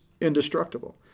indestructible